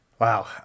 Wow